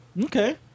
Okay